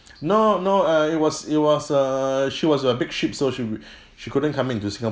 no no uh it was it was err she was a big ship so she she couldn't come into singapore